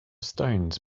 stones